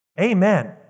Amen